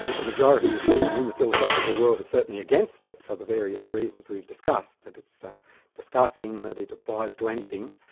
ah the majority of feeling in the philosophical world is certainly against it for the various reasons we've discussed that it's ah disgusting, that it applies to anything.